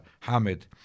Hamid